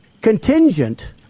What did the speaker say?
contingent